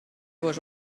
was